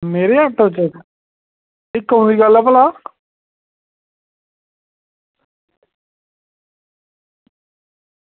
मेरे ऑटो च एह् कदूं दी गल्ल ऐ भला